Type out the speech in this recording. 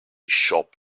shop